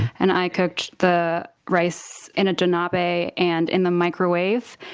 and i cooked the rice in a donabe and in the microwave,